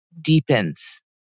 deepens